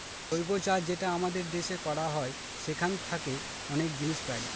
জৈব চাষ যেটা আমাদের দেশে করা হয় সেখান থাকে অনেক জিনিস পাই